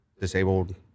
disabled